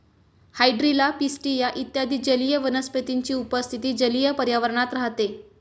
hydrilla, pistia इत्यादी जलीय वनस्पतींची उपस्थिती जलीय पर्यावरणात राहते